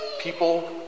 people